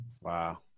Wow